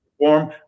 perform